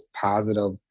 positive